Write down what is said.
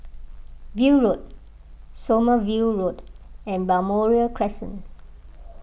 View Road Sommerville Road and Balmoral Crescent